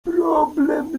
problem